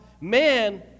man